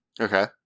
Okay